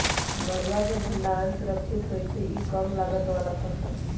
मरुआ के भण्डार सुरक्षित होइ छइ इ कम लागत बला फ़सल हइ